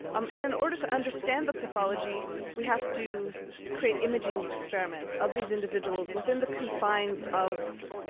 um and in order to understand the pathology we have to create imaging experiments of these individuals within the confines of,